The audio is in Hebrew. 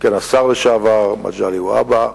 סגן השר לשעבר מגלי והבה,